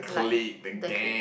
like the clique